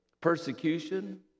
persecution